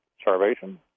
starvation